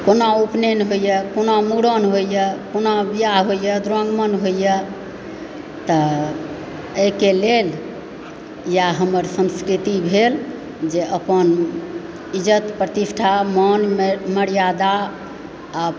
कोना उपनयन होइया कोना मुड़न होइया कोना बिआह होइया द्विरागमण होइया तऽ एहिके लेल इएह हमर संस्कृति भेल जे अपन इज्जत प्रतिष्ठा मान मर्यादा आ